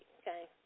okay